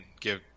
give